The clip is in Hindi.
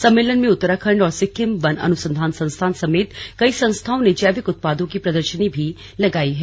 सम्मेलन में उत्तराखण्ड और सिक्किम वन अनुसंधान संस्थान समेत कई संस्थाओं ने जैविक उत्पादों की प्रदर्शनी भी लगाई गई हैं